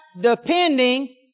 depending